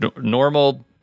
normal